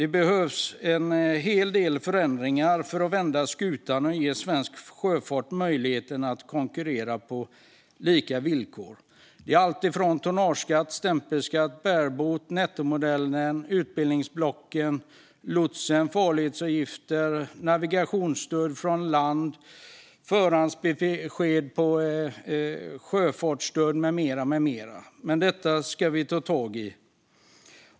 Det behöver göras en hel del förändringar för att vända skutan och ge svensk sjöfart möjlighet att konkurrera på lika villkor. Det handlar om alltifrån tonnageskatt till stämpelskatt, bareboat, nettomodell, utbildningsblock, lots, farledsavgifter, navigationsstöd från land, förhandsbesked när det gäller sjöfartsstöd med mera. Men det ska vi ta tag i.